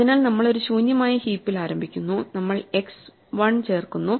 അതിനാൽ നമ്മൾ ഒരു ശൂന്യമായ ഹീപ്പിൽ ആരംഭിക്കുന്നു നമ്മൾ x 1 ചേർക്കുന്നു